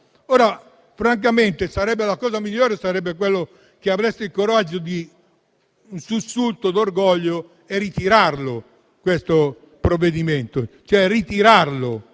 Francamente la cosa migliore sarebbe, se aveste il coraggio, un sussulto d'orgoglio e ritiraste questo provvedimento,